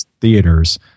theaters